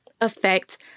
affect